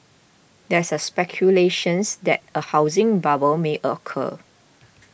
there is speculation that a housing bubble may occur